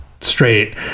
straight